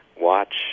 watch